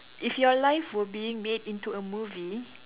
if your life were being made into a movie